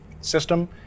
system